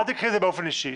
אל תיקחי את זה באופן אישי.